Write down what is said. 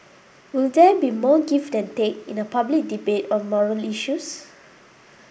will there be more give than take in a public debate on moral issues